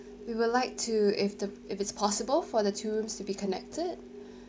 we will like to if the if it's possible for the two rooms to be connected